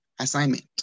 assignment